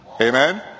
Amen